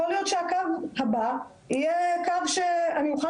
יכול להיות שהקו הבא יהיה קו שאני אוכל